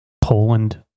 Poland